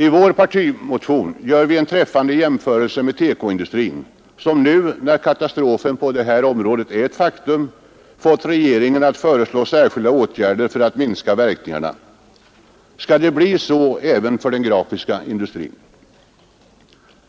I vår partimotion gör vi en träffande jämförelse med TEKO-industrin som nu, när katastrofen på det området är ett faktum, fått regeringen att föreslå särskilda åtgärder för att minska verkningarna. Skall det bli så även för den grafiska industrin?